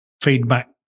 feedback